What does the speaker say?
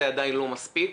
זה עדיין לא מספיק,